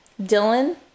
Dylan